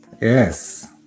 yes